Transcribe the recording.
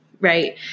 Right